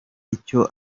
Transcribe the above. icyo